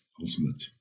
ultimate